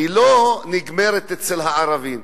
היא לא נגמרת אצל הערבים.